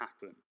happen